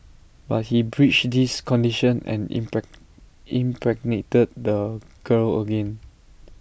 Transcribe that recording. but he breached this condition and impregnated the girl again